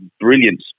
brilliant